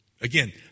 Again